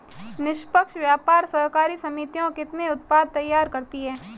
निष्पक्ष व्यापार सहकारी समितियां कितने उत्पाद तैयार करती हैं?